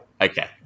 Okay